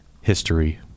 History